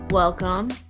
Welcome